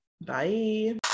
bye